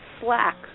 slack